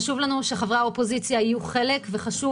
חשוב לנו שחברי האופוזיציה יהיו חלק וחשוב